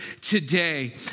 today